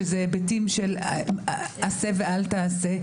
שזה היבטים של - עשה ואל תעשה,